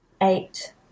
Eight